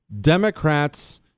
Democrats